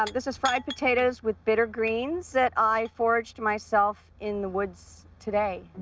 um this is fried potatoes with bitter greens that i foraged myself in the woods today.